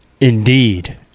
Indeed